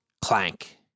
clank